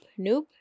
noob